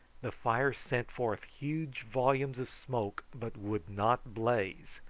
the fire sent forth huge volumes of smoke, but would not blaze.